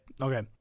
Okay